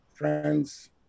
Friends